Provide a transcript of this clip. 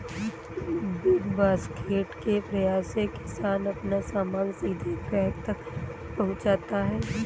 big basket के प्रयास से किसान अपना सामान सीधे ग्राहक तक पहुंचाता है